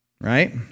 right